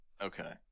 Okay